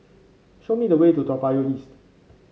show me the way to Toa Payoh East